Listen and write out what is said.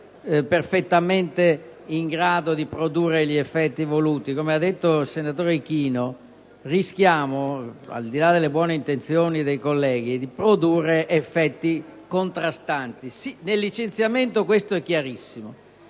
siamo perfettamente in grado di produrre gli effetti voluti. Come ha detto il senatore Ichino, noi rischiamo, al di là delle buone intenzioni dei colleghi, di produrre effetti contrastanti. Nel caso del licenziamento questo è chiarissimo.